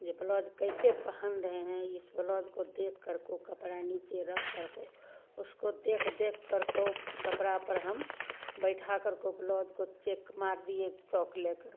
जो ब्लाउज़ कैसे पहन रहे हैं इस ब्लाउज़ को देखकर को कपड़ा नीचे रखकर को उसको देख देखकर को कपड़ा पर हम बैठा करको ब्लाउज़ को चेक़ मार दिए हम चॉक लेकर